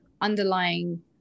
underlying